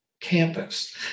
campus